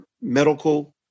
medical